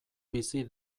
bizi